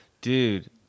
Dude